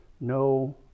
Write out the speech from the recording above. no